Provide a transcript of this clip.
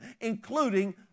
including